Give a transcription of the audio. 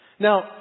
Now